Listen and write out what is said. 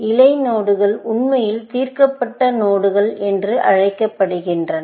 இலை நோடுகள் உண்மையில் தீர்க்கப்பட்ட நோடுகள் என்றழைக்கப்படுகின்றன